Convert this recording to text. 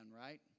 right